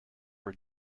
were